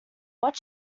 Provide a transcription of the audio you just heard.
what